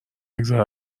نگذره